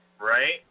Right